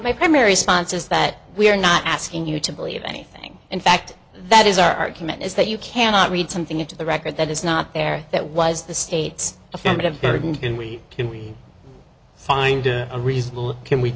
my primary sponsor is that we are not asking you to believe anything in fact that is our argument is that you cannot read something into the record that is not there that was the state's affirmative burden can we can we find a reasonable can we